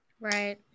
Right